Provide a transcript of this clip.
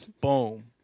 boom